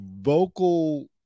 vocal